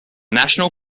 national